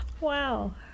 Wow